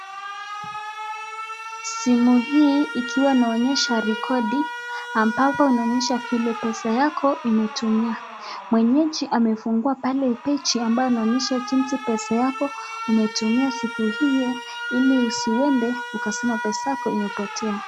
Simu hii ikiwa inaonyesha rekodi ambapo inaonyesha vile pesa yako umetumia, mwenyeji amefungua pale peji ambao inaonyesha jinsi pesa yako umetumia siku hii ili usiende ukasema pesa yako imepotea.